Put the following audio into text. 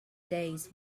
days